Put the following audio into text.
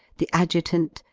the adjutant,